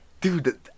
dude